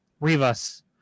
Rivas